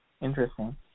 Interesting